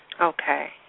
Okay